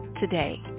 today